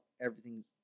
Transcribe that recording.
everything's